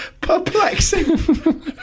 perplexing